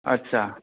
आच्छा